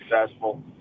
successful